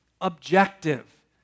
objective